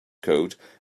code